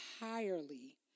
entirely